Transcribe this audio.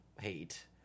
hate